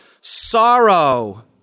sorrow